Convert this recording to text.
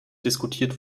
diskutiert